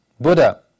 Buddha